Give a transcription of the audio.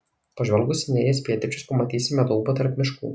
pažvelgus į neries pietryčius pamatysime daubą tarp miškų